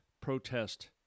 protest